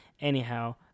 anyhow